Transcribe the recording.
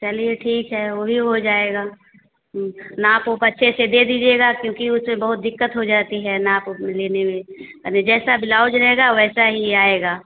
चलिए ठीक है वह भी हो जाएगा नाप ओप अच्छे से दे दीजिएगा क्योंकि उससे बहुत दिक्कत हो जाती है नाप उप लेने में अभी जैसा ब्लाउज रहेगा वैसा ही आएगा